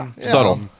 Subtle